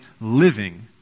living